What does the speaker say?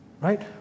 Right